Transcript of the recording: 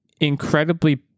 incredibly